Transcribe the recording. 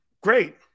Great